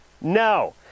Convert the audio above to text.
No